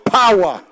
power